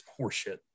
horseshit